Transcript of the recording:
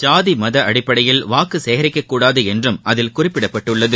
ஜாதி மத அடிப்படையில் வாக்கு சேகரிக்கக்கூடாது என்றும் அதில் குறிப்பிடப்பட்டுள்ளது